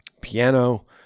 Piano